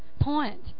point